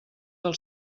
del